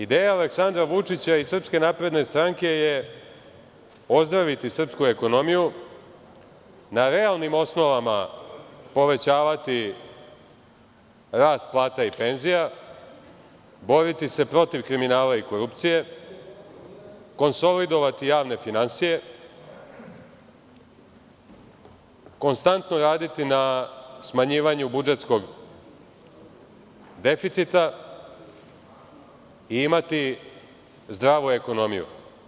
Ideja Aleksandra Vučića i SNS je ozdraviti Srpsku ekonomiju, na realnim osnovama povećavati rast plata i penzija, boriti se protiv kriminala i korupcije, konsolidovati javne finansije, konstantno raditi na smanjivanju budžetskog deficita, i imati zdravu ekonomiju.